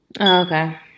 okay